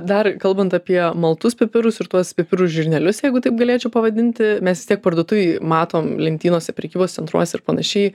dar kalbant apie maltus pipirus ir tuos pipirų žirnelius jeigu taip galėčiau pavadinti mes vis tiek parduotuvėj matom lentynose prekybos centruose ir panašiai